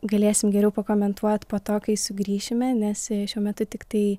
galėsim geriau pakomentuot po to kai sugrįšime nes šiuo metu tiktai